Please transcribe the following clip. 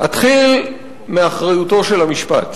אתחיל מאחריותו של המשפט.